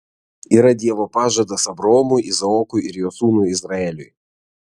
yra dievo pažadas abraomui izaokui ir jo sūnui izraeliui